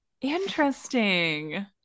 Interesting